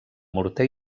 morter